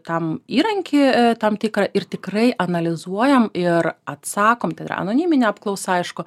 tam įrankį tam tikrą ir tikrai analizuojam ir atsakom tai yra anoniminė apklausa aišku